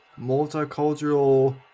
multicultural